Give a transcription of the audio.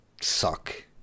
suck